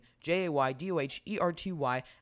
J-A-Y-D-O-H-E-R-T-Y